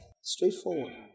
Straightforward